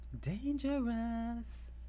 dangerous